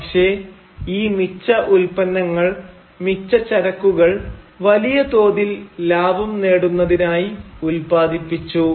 പക്ഷെ ഈ മിച്ച ഉത്പന്നങ്ങൾ മിച്ച ചരക്കുകൾ വലിയ തോതിൽ ലാഭം നേടുന്നതിനായി ഉൽപാദിപ്പിച്ചു